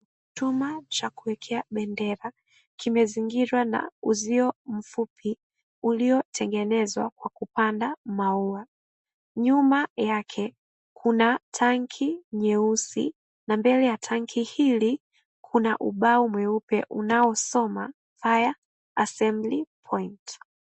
Chuma cha kuwekea bendera kimezingirwa na uzio mfupi uliotengenezwa kwa kupanda maua. Nyuma yake kuna tanki nyeusi na mbele ya tanki hili kuna ubao mweupe unasoma fire assembly point.